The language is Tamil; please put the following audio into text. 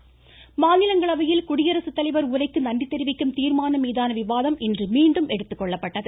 மாநிலங்களவை மாநிலங்களவையில் குடியரசுத்தலைவர் உரைக்கு நன்றி தெரிவிக்கும் தீர்மானம் மீதான விவாதம் இன்று மீண்டும் எடுத்துக்கொள்ளப்பட்டது